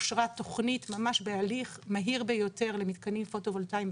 אושרה תכנית ממש בהליך מהיר ביותר למתקנים פוטו וולטאיים,